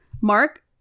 Mark